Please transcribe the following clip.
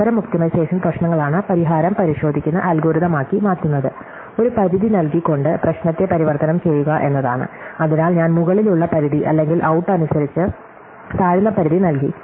അത്തരം ഒപ്റ്റിമൈസേഷൻ പ്രശ്നങ്ങളാണ് പരിഹാരം പരിശോധിക്കുന്ന അൽഗോരിതം ആക്കി മാറ്റുന്നത് ഒരു പരിധി നൽകിക്കൊണ്ട് പ്രശ്നത്തെ പരിവർത്തനം ചെയ്യുക എന്നതാണ് അതിനാൽ ഞാൻ മുകളിലുള്ള പരിധി അല്ലെങ്കിൽ ഔട്ട് അനുസരിച്ച് താഴ്ന്ന പരിധി നൽകി